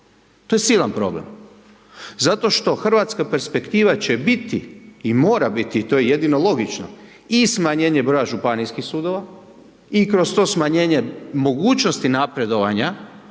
to je silan problem, zato što hrvatska perspektiva će biti i mora biti i to je jedino logično i smanjenje broja županijskih sudova i kroz to smanjenje mogućnosti napredovanja